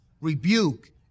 rebuke